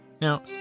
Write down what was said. Now